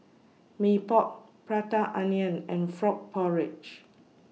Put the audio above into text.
Mee Pok Prata Onion and Frog Porridge